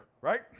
right